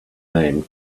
name